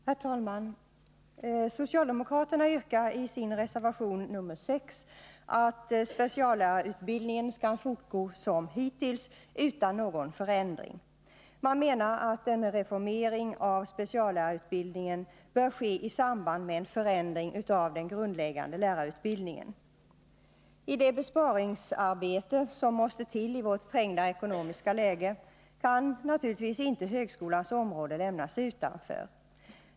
Herr talman! Socialdemokraterna yrkar i sin reservation nr 6 att speciallärarutbildningen skall fortgå som hittills utan någon förändring. Man menar att en reformering av speciallärarutbildningen bör ske i samband med en förändring av den grundläggande lärarutbildningen. I det besparingsarbete som måste till i vårt trängda ekonomiska läge kan högskolans område naturligtvis inte lämnas utanför.